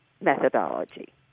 Methodology